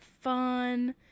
fun